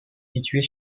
située